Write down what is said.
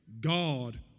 God